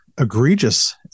egregious